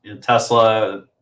Tesla